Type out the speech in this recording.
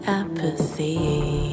apathy